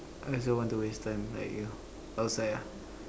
I also want to waste time like you outside ah